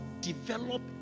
develop